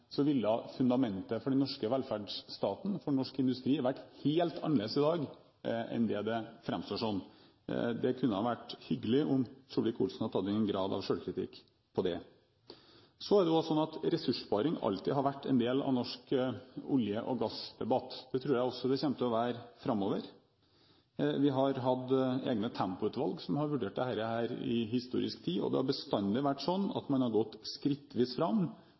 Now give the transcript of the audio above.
ville fundamentet for den norske velferdsstaten og for norsk industri vært helt annerledes i dag enn det det framstår som. Det kunne vært hyggelig om Solvik-Olsen hadde tatt en grad av selvkritikk på det. Så er det også sånn at ressurssparing alltid har vært en del av norsk olje- og gassdebatt. Det tror jeg det også kommer til å være framover. Vi har hatt egne tempoutvalg som har vurdert dette i historisk tid. Det har bestandig vært sånn at man har gått skrittvis fram,